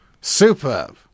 Superb